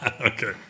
Okay